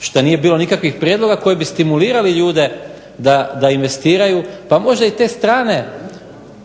šta nije bilo nikakvih prijedloga koji bi stimulirali ljude da investiraju, pa možda i te strane